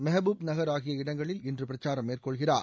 மெஹ்பூப் நகர் ஆகிய இடங்களில் இன்று பிரச்சாரம் மேற்கொள்கிறார்